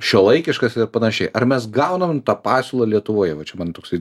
šiuolaikiškas ir panašiai ar mes gaunam tą pasiūlą lietuvoje va čia man toksai